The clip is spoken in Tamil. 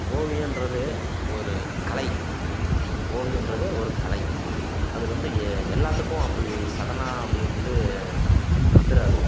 ஓவியம்றது ஒரு கலை ஓவியம்றது ஒரு கலை அது வந்து எ எல்லாத்துக்கும் அப்படி சடனாக அப்படி வந்து வந்துடாது